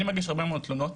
אני מגיש הרבה מאוד תלונות,